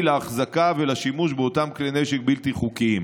להחזקה ולשימוש באותם כלי נשק בלתי חוקיים.